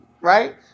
right